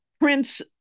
Prince